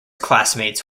classmates